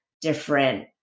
different